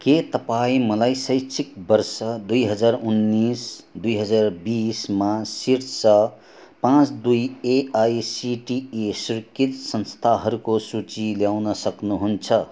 के तपाईँँ मलाई शैक्षिक वर्ष दुई हजार उन्नाइस दुई हजार बिसमा शीर्ष पाँच दुई एआइसिटिई स्वीकृत संस्थाहरूको सूची ल्याउन सक्नुहुन्छ